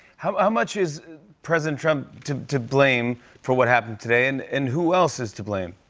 how much is president trump to to blame for what happened today and and who else is to blame?